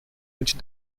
which